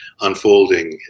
unfolding